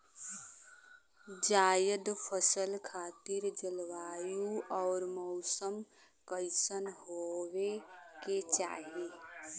जायद फसल खातिर जलवायु अउर मौसम कइसन होवे के चाही?